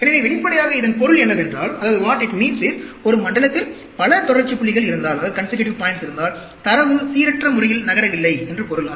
எனவே வெளிப்படையாக இதன் பொருள் என்னவென்றால் ஒரு மண்டலத்தில் பல தொடர்ச்சி புள்ளிகள் இருந்தால் தரவு சீரற்ற முறையில் நகரவில்லை என்று பொருள்